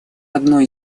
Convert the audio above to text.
одно